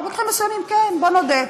במקרים מסוימים כן, בוא נודה.